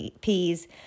peas